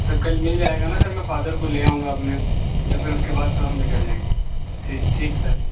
سر کل مل جائے گا نہ سر میں فادر کو لے آؤں گا اپنے کیونکہ پھر اُس کے بعد تو ہم نکل جائیں گے ٹھیک ٹھیک سر